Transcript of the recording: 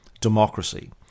democracy